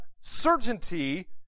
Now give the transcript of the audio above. certainty